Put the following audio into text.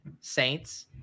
Saints